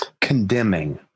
Condemning